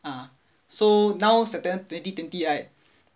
ah so now september twenty twenty right